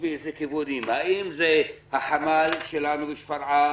ומאיזה כיוונים האם זה החמ"ל שלנו בשפרעם?